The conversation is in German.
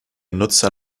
nutzer